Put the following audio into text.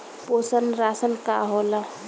पोषण राशन का होला?